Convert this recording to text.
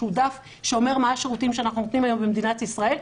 דף שאומר מה השירותים שאנחנו נותנים היום במדינת ישראל.